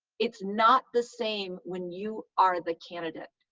it's not the same when you are the candidate,